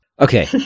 Okay